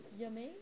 Yummy